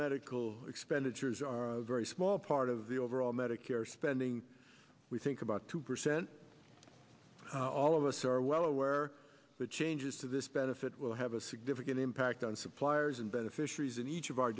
medical expenditures are a very small part of the overall medicare spending we think about two percent all of us are well aware that changes to this benefit will have a significant impact on suppliers and beneficiaries in each of our